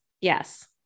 Yes